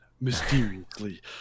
Mysteriously